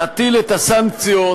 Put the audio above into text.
להטיל את הסנקציות,